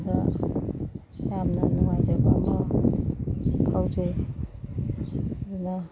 ꯌꯦꯡꯕꯗ ꯌꯥꯝꯅ ꯅꯨꯡꯉꯥꯏꯖꯕ ꯑꯃ ꯐꯥꯎꯖꯩ ꯑꯗꯨꯅ